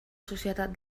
societat